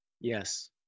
Yes